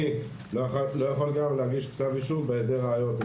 אני לא יכול גם להגיש כתב אישום בהיעדר ראיות.